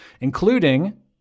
including